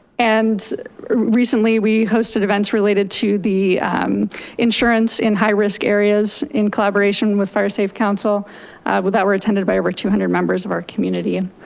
and recently we hosted events related to the insurance in high risk areas in collaboration with firesafe council that were attended by over two hundred members of our community.